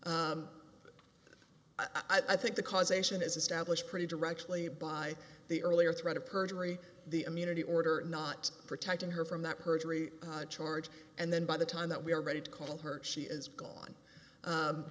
i think the causation is established pretty directly by the earlier threat of perjury the immunity order not protecting her from that perjury charge and then by the time that we are ready to call her she is